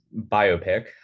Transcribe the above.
biopic